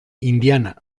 indiana